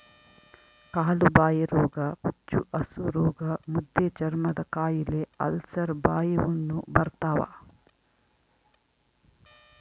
ಕಾಲುಬಾಯಿರೋಗ ಹುಚ್ಚುಹಸುರೋಗ ಮುದ್ದೆಚರ್ಮದಕಾಯಿಲೆ ಅಲ್ಸರ್ ಬಾಯಿಹುಣ್ಣು ಬರ್ತಾವ